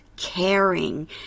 caring